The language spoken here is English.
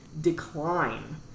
decline